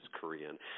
korean